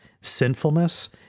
sinfulness